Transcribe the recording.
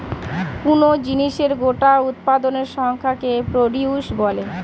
কোন জিনিসের গোটা উৎপাদনের সংখ্যাকে প্রডিউস বলে